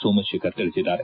ಸೋಮಶೇಖರ್ ತಿಳಿಸಿದ್ದಾರೆ